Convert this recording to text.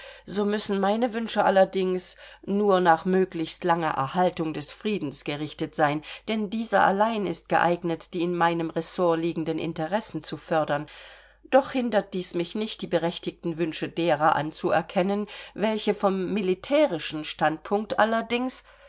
so müssen meine wünsche allerdings nur nach möglichst langer erhaltung des friedens gerichtet sein denn dieser allein ist geeignet die in meinem ressort liegenden interessen zu fördern doch hindert dies mich nicht die berechtigten wünsche derer anzuerkennen welche vom militärischen standpunkt allerdings